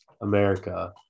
America